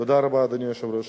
תודה רבה, אדוני היושב-ראש.